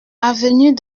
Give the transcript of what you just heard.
avenue